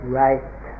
right